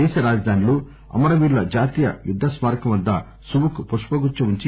దేశ రాజధానిలో అమరవీరుల జాతీయ యుద్ద స్కారకం వద్ద సువూక్ పుష్పగుచ్చం ఉంచి